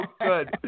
good